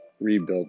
rebuilt